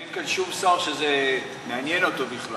אם אין כאן שום שר שזה מעניין אותו בכלל,